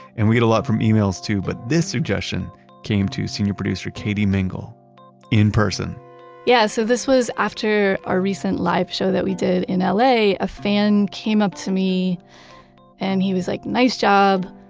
and we get a lot from emails, too, but this suggestion came to senior producer katie mingle in person yeah. so this was after our recent live show that we did in ah la. a a fan came up to me and he was like, nice job.